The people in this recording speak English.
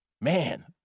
man